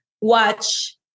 watch